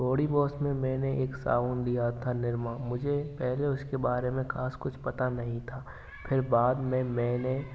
body wash में मैंने एक साबुन दिया था निरमा मुझे पहले उसके बारे में खास कुछ पता नहीं था फिर बाद में मैंने